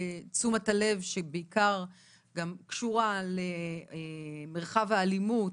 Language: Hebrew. לתשומת הלב שבעיקר גם קשורה למרחב האלימות,